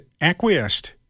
acquiesced